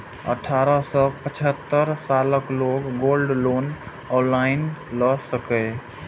अठारह सं पचहत्तर सालक लोग गोल्ड लोन ऑनलाइन लए सकैए